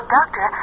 Doctor